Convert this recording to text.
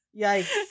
Yikes